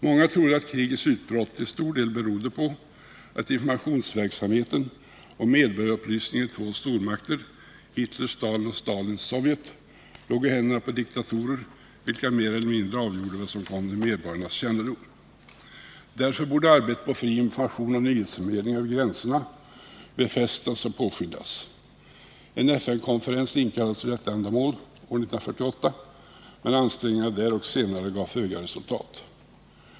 Många trodde att krigets utbrott till stor del berodde på att informationsverksamheten och medborgarupplysningen i två stormakter — Hitlers Tyskland och Stalins Sovjet — låg i händerna på diktatorer, vilka mer eller mindre avgjorde vad som kom till medborgarnas kännedom. Därför borde arbetet på fri information och nyhetsförmedling över gränserna påskyndas och befästas. En FN-konferens inkallades för detta ändamål år 1948, men ansträngningarna där och senare gav föga resultat.